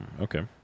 Okay